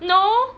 no